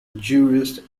jurist